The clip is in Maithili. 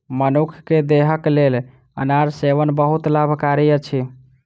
मनुख के देहक लेल अनार सेवन बहुत लाभकारी अछि